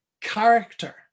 character